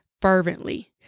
fervently